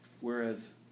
Whereas